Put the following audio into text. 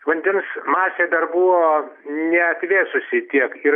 vandens masė dar buvo neatvėsusi tiek ir